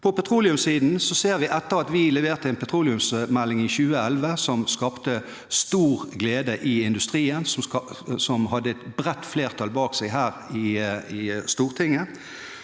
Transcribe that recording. På petroleumssiden: Vi leverte en petroleumsmelding i 2011, som skapte stor glede i industrien, og som hadde et bredt flertall bak seg her i Stortinget,